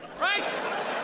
Right